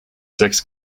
sechs